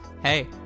hey